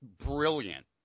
brilliant